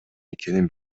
экенин